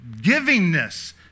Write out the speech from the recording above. givingness